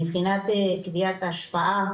מבחינת קביעת ההשפעה,